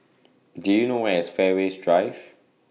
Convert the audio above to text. Do YOU know Where IS Fairways Drive